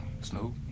Snoop